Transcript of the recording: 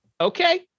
okay